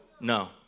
No